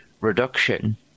reduction